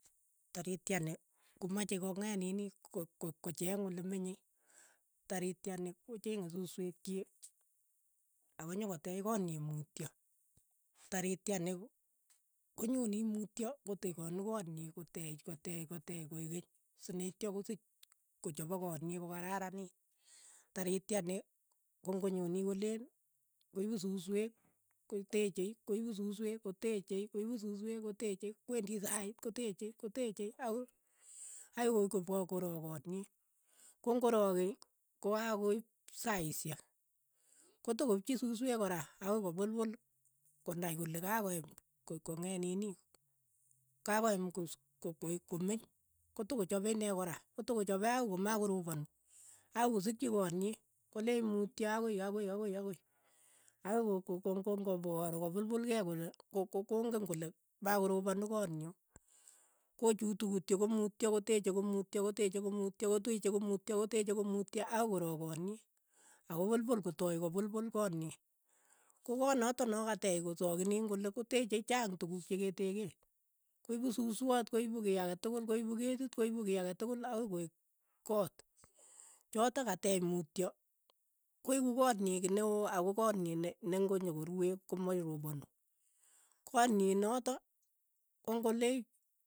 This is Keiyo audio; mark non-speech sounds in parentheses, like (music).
Tarityani komache kong'et nini ko- ko kocheng ole meny, tarityani ko chenge susweek chiik akonyokoteech koot nyi muutyo, tarityani konyoni mutyo kotekanu koot nyii koteech koteech koteech koeek keny, si neitya kosich ko chopok koo nyi ko kararanit, tarityani, ko ng'onyoni koleen. koipu susweek koteeche koipu susweek koteeche koipu susweek koteche kwendi saiit koteeche koteeche akoi (unintelligible) korook koot nin, kong'orokei koakoip saishek, kotokoipchi susweek kora. akoi ko pulpul konai kole kakoyam ko- kong'et nini, ka koyam kos- ko- komeny, kotokochape ine kora kotokochape akoi komakoropon akoi kosikchi koot nyi, koleech mutyo akoi akoi ako- i akoi akoi ko- ko- ko- n'gopoar kopulpul kei kole ko- ko kong'en kole makoroponu koot nyo, kochutu kityook komutyo koteeche komutyo koteeche komutyo koteeche komutyo koteeche komutyo akoi korook koot nyi. ako pulpul kotai kopulpul koot nyi, ko koot notok no kateech kosang'inin koteeche chaang tukuk cheketeeken, koipu suswoot koipu kei ake tokol koipu ketit koipu kei ake tokol akoi koeek koot, chotok kateech mutyo koeku koot nyii kii neoo ako koot nyi ne ne ng'onyokoruee komaroponu, koot nyi notok kong'olee.